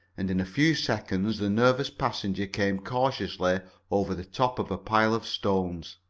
and in a few seconds the nervous passenger came cautiously over the top of a pile of stones.